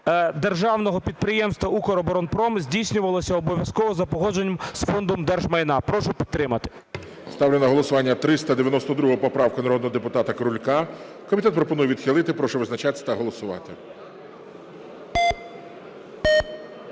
Державного підприємства "Укроборонпром" здійснювався обов'язково за погодженням з Фондом держмайна. Прошу підтримати. ГОЛОВУЮЧИЙ. Ставлю на голосування 392 поправку народного депутата Крулька. Комітет пропонує відхилити. Прошу визначатися та голосувати.